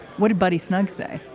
what a buddy snugs say.